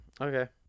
Okay